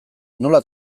nola